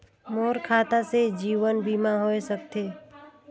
मोर खाता से जीवन बीमा होए सकथे?